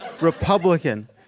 Republican